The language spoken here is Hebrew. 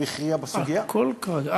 הכול כרגיל.